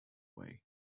way